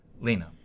Lena